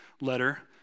letter